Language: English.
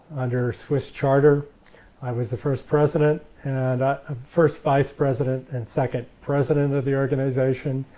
under swiss charter i was the first president and ah first vice president and second president of the organization.